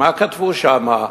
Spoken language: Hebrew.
מה כתבו שם?